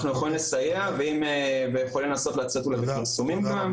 אנחנו יכולים לסייע ויכולים לעשות ולצאת בפרסומים גם.